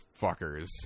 fuckers